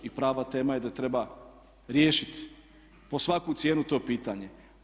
I prava tema je da treba riješiti po svaku cijenu to pitanje.